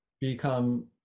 become